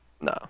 No